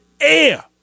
air